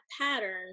pattern